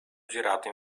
girato